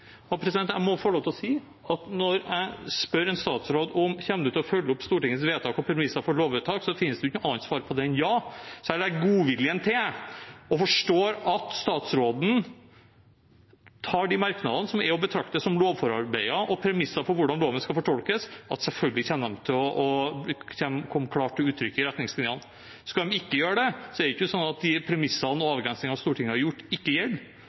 Jeg må få lov til å si at når jeg spør en statsråd om hun kommer til å følge opp Stortingets vedtak og premisser for lovvedtak, finnes det ikke noe annet svar på det enn ja. Så jeg legger godviljen til og forstår det sånn at statsråden tar de merknadene som er å betrakte som lovforarbeider og premisser for hvordan loven skal fortolkes, og at de selvfølgelig kommer til å komme klart til uttrykk i retningslinjene. Skulle de ikke gjøre det, er det ikke sånn at de premissene og avgrensningene som Stortinget har gjort, ikke gjelder.